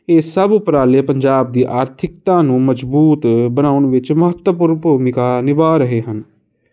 ਇਹ ਸਭ ਉਪਰਾਲੇ ਪੰਜਾਬ ਦੀ ਆਰਥਿਕਤਾ ਨੂੰ ਮਜਬੂਤ ਬਣਾਉਣ ਵਿੱਚ ਮਹੱਤਵਪੂਰਨ ਭੂਮਿਕਾ ਨਿਭਾ ਰਹੇ ਹਨ